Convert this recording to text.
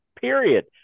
period